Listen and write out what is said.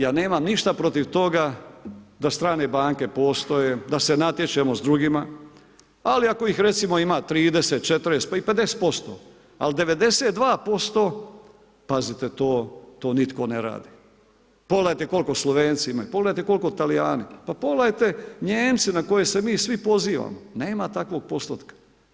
Ja nemam ništa protiv toga da strane banke postoje, da se natječemo s drugima, ali ako ih recimo ima 30, 40 pa i 50%, ali 92% pazite to nitko ne radi. pogledajte koliko Slovenci imaju, pogledajte koliko Talijani, pa pogledajte Nijemce na koje se mi svi pozivamo, nema takvog postotka.